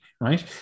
right